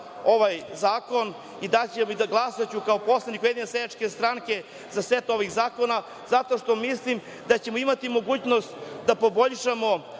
ovaj zakon i glasaću kao poslanik Ujedinjene seljačke stranke za set ovih zakona zato što mislim da ćemo imati mogućnost da poboljšamo